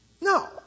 No